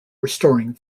restoring